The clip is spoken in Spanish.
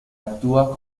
actúa